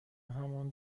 همان